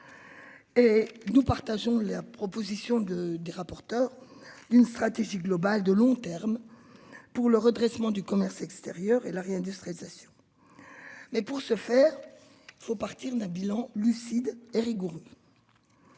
Et nous partageons la proposition de des rapporteurs. D'une stratégie globale de long terme. Pour le redressement du commerce extérieur et la réindustrialisation. Mais pour ce faire, faut partir d'un bilan lucide et rigoureux.